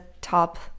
top